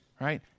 right